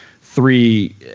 three